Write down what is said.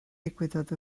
ddigwyddodd